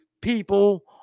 people